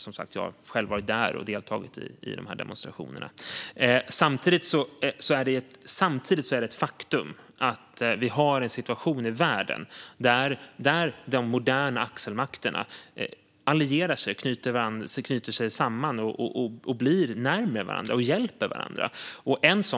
Som sagt har jag själv varit där och deltagit i demonstrationerna. Samtidigt är det ett faktum att vi har en situation i världen där de moderna axelmakterna allierar sig och knyter sig samman, kommer närmare varandra och hjälper varandra.